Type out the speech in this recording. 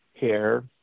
hair